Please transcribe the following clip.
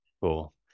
Cool